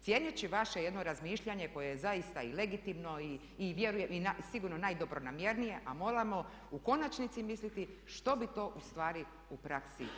Cijeneći vaše jedno razmišljanje koje je zaista i legitimno i vjerujem sigurno najdobronamjernije a moramo u konačnici misliti što bi to ustvari u praksi izazvalo.